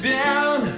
down